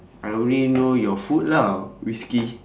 I only know your food lah whisky